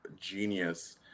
genius